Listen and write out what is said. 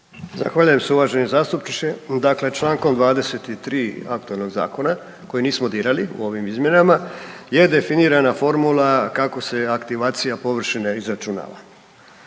Zahvaljujem se uvaženi zastupniče. Dakle čl. 23 aktualnog Zakona koji nismo dirali u ovim izmjenama je definirana formula kako se aktivacija površine izračunava,